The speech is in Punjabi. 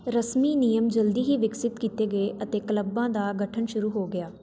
ਰਸਮੀ ਨਿਯਮ ਜਲਦੀ ਹੀ ਵਿਕਸਿਤ ਕੀਤੇ ਗਏ ਅਤੇ ਕਲੱਬਾਂ ਦਾ ਗਠਨ ਸ਼ੁਰੂ ਹੋ ਗਿਆ